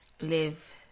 live